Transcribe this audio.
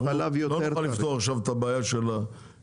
אנחנו לא נוכל לפתור עכשיו את הבעיה של הייצור,